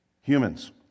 humans